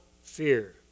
fear